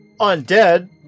undead